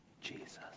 Jesus